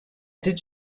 did